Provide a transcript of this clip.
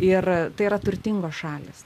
ir tai yra turtingos šalys